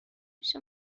پیش